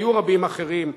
היו רבים אחרים.